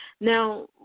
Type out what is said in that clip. Now